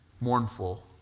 mournful